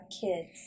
kids